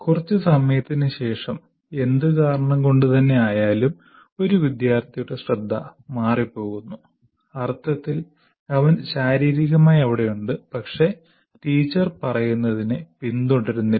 കുറച്ച് സമയത്തിന് ശേഷം എന്ത് കാരണം കൊണ്ട് തന്നെ ആയാലും ഒരു വിദ്യാർത്ഥിയുടെ ശ്രദ്ധ മാറിപ്പോകുന്നു അർത്ഥത്തിൽ അവൻ ശാരീരികമായി അവിടെയുണ്ട് പക്ഷേ ടീച്ചർ പറയുന്നതിനെ പിന്തുടരുന്നില്ല